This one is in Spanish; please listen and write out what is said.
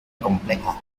compleja